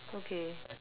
okay